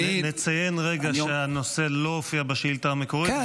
נציין רגע שהנושא לא הופיע בשאילתה המקורית,